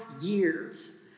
years